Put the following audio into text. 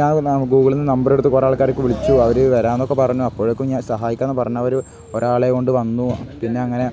ഞാൻ ഗൂഗിളില്നിന്ന് നമ്പർ എടുത്ത് കുറേ ആൾക്കാരെയൊക്കെ വിളിച്ചു അവര് വരാമെന്നൊക്കെ പറഞ്ഞു അപ്പോഴേക്കും ഞാൻ സഹായിക്കാമെന്നു പറഞ്ഞവര് ഒരാളെയുംകൊണ്ടു വന്നു പിന്നെ അങ്ങനെ